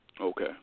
Okay